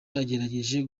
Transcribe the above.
yagerageje